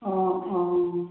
অঁ অঁ